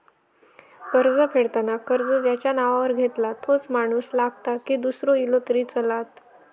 कर्ज फेडताना कर्ज ज्याच्या नावावर घेतला तोच माणूस लागता की दूसरो इलो तरी चलात?